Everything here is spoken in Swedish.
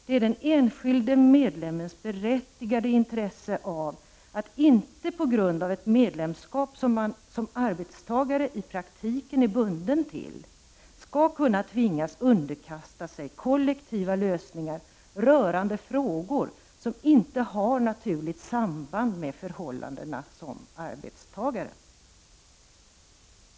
Det är den enskilde medlemmens berättigade intresse att han inte, på grund av ett medlemskap som han som arbetstagare i praktiken är bunden till, skall kunna tvingas underkasta sig kollektiva lösningar rörande frågor som inte har naturligt samband med förhållandena som arbetstagare som tvingar fram denna debatt.